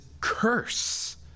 curse